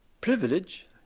privilege